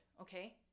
okay